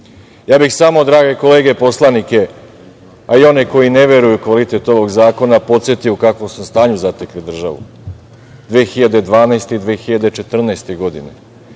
bih samo drage kolege poslanike, a i one koji ne veruju u kvalitet ovog zakona, podsetio u kakvom smo stanju zatekli državu 2012. i 2014. godine.